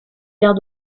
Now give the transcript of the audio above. gares